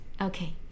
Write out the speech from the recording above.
Okay